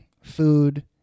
Food